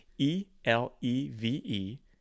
E-L-E-V-E